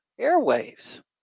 airwaves